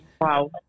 wow